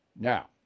Now